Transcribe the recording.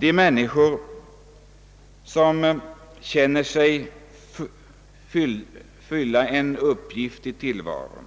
De människor, som känner sig fylla en uppgift i tillvaron